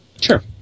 Sure